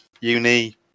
uni